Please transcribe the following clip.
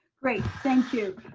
great, thank you.